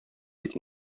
бит